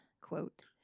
quote